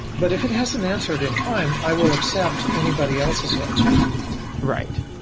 but if it hasn't answered in time, i will accept anybody else's answer right.